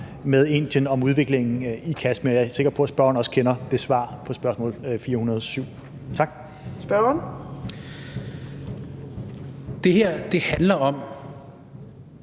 med Indien om udviklingen i Kashmir, og jeg er sikker på, at spørgeren også kender det svar på spørgsmål 407. Tak. Kl. 15:06 Fjerde